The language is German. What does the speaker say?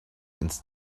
ins